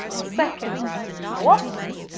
second, how often.